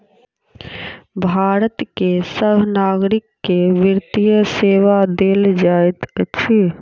भारत के सभ नागरिक के वित्तीय सेवा देल जाइत अछि